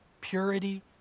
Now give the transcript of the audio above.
purity